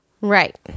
Right